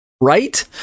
right